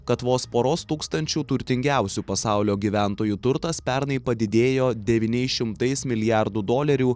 kad vos poros tūkstančių turtingiausių pasaulio gyventojų turtas pernai padidėjo devyniais šimtais milijardų dolerių